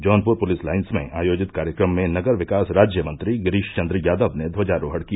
Jaunpur police lines में आयोजित कार्यक्रम में नगर विकास राज्य मंत्री गिरीश चन्द्र यादव ने ध्वजारोहण किया